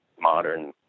modern